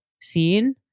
seen